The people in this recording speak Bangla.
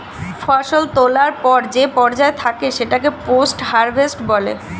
ফসল তোলার পর যে পর্যায় থাকে সেটাকে পোস্ট হারভেস্ট বলে